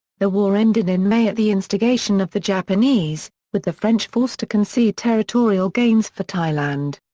the war ended in may at the instigation of the japanese, with the french forced to concede territorial gains for thailand.